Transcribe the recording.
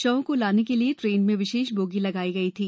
शवों को लाने के लिए ट्रेन में विशेष बोगी लगाई गई थी